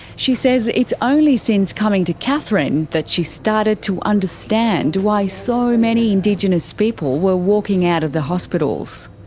she says it's only since coming to katherine that she started to understand why so many indigenous people were walking out of the hospitals.